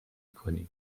کنیم